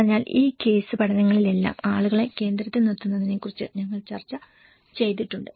അതിനാൽ ഈ കേസ് പഠനങ്ങളിലെല്ലാം ആളുകളെ കേന്ദ്രത്തിൽ നിർത്തുന്നതിനെക്കുറിച്ച് ഞങ്ങൾ ചർച്ച ചെയ്തിട്ടുണ്ട്